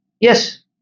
Yes